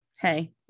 hey